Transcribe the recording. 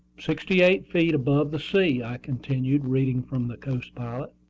sixty-eight feet above the sea i continued, reading from the coast pilot.